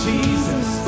Jesus